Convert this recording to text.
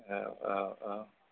औ औ औ